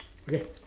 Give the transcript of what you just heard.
okay